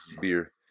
beer